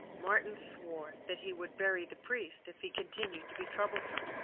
martin swore that he would bury the priest if he continued to be troublesome.